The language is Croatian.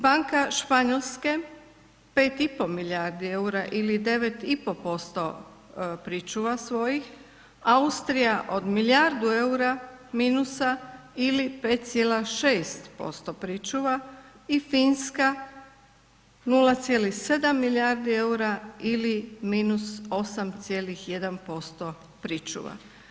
Banka Španjolske, 5,5 milijardi eura ili 9,5% pričuva svojih, Austrija od milijardu eura minusa ili 5,6% pričuva i Finska 0,7 milijardi eura ili minus 8,1% pričuva.